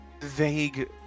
vague